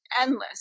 endless